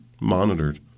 monitored